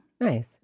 Nice